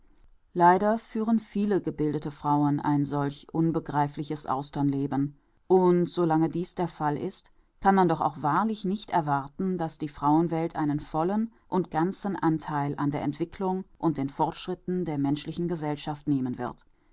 leider führen viele gebildete frauen ein solch unbegreifliches austernleben und so lange dies der fall kann man doch auch wahrlich nicht erwarten daß die frauenwelt einen vollen und ganzen antheil an der entwicklung und den fortschritten der menschlichen gesellschaft nehmen wird